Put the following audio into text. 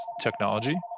technology